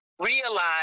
realize